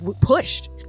pushed